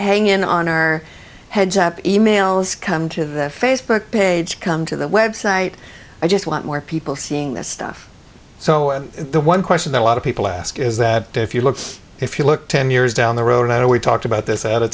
hang in on our heads up the e mails come to the facebook page come to the website i just want more people seeing this stuff so the one question that a lot of people ask is that if you look if you look ten years down the road i know we talked about this at